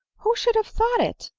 who should have thought it?